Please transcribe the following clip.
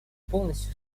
полностью